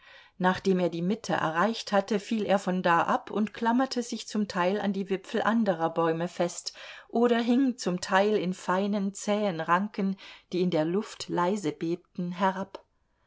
nachdem er die mitte erreicht hatte fiel er von da ab und klammerte sich zum teil an die wipfel anderer bäume fest oder hing zum teil in feinen zähen ranken die in der luft leise bebten herab